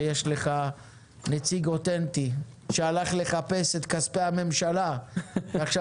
שיש לך נציג אוטנטי שהלך לחפש את כספי הממשלה ועכשיו